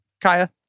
Kaya